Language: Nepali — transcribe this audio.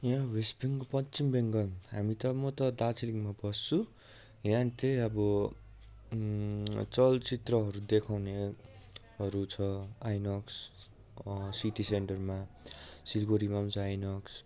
यहाँ वेस्ट बेङ्गल पश्चिम बङ्गाल हामी त म त दार्जिलिङमा बस्छु यहाँ चाहिँ अब चलचित्रहरू देखाउनेहरू छ आइनक्स सिटी सेन्टरमा सिलगढीमा पनि छ आइनक्स